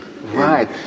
Right